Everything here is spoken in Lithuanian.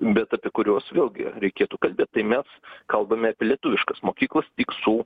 bet apie kuriuos vėlgi reikėtų kalbėt tai mes kalbame apie lietuviškas mokyklas tik su